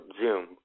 Zoom